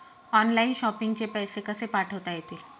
Online shopping चे पैसे कसे पाठवता येतील?